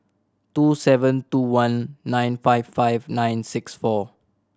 two seven two one nine five five nine six four